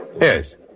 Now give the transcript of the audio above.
yes